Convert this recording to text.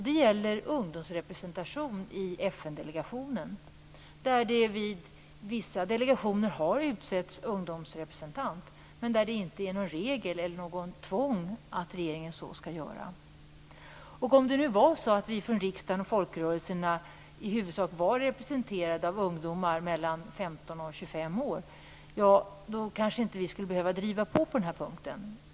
Det gäller ungdomsrepresentation i FN delegationen. Vid vissa delegationer har man utsett ungdomsrepresentant, men det är inte någon regel eller något tvång att regeringen så skall göra. Om vi från riksdagen och folkrörelserna i huvudsak var representerade av ungdomar mellan 15 och 25 år skulle vi kanske inte behöva driva på på den här punkten.